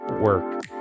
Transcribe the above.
work